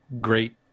great